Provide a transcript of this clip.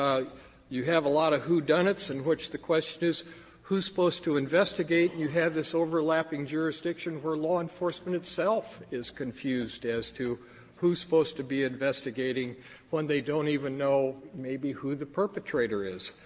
you have a lot of who-done-its in which the question is who's supposed to investigate, and you have this overlapping jurisdiction where law enforcement itself is confused as to who's supposed to be investigating when they don't even know, maybe, who the perpetrator is.